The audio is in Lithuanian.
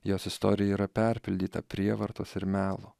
jos istorija yra perpildyta prievartos ir melo